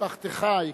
משפחתך היקרה.